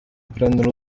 prendono